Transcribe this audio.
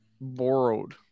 Borrowed